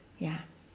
ya